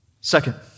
Second